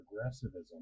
progressivism